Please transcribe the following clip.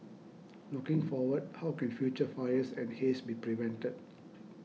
looking forward how can future fires and haze be prevented